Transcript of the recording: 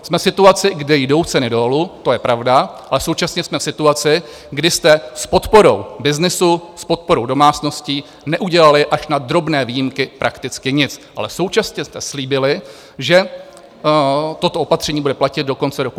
Jsme v situaci, kdy jdou ceny dolů, to je pravda, ale současně jsme v situaci, kdy jste s podporou byznysu, s podporou domácností neudělali až na drobné výjimky prakticky nic, ale současně jste slíbili, že toto opatření bude platit do konce roku 2023.